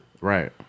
Right